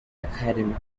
academic